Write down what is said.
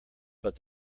but